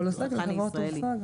אני מדברת בתוך עולם התעופה,